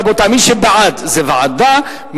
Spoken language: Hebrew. מי שבעד זה ועדה,